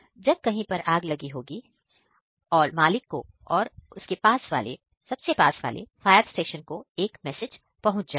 जब कहीं पर आग लगी होगी अब मालिक को और सबसे पास वाले फायर स्टेशन को एक मैसेज पहुंच जाएगा